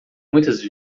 muitas